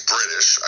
British